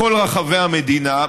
בכל רחבי המדינה,